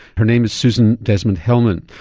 her name is susan desmond-hellmann.